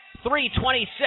3.26